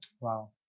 Wow